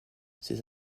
ses